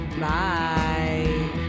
bye